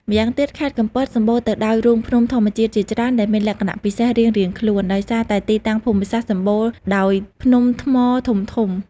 ម្យ៉ាងទៀត ខេត្តកំពតសម្បូរទៅដោយរូងភ្នំធម្មជាតិជាច្រើនដែលមានលក្ខណៈពិសេសរៀងៗខ្លួន ដោយសារតែទីតាំងភូមិសាស្ត្រសម្បូរដោយភ្នំថ្មធំៗ។